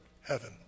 heaven